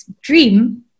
dream